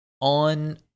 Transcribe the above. on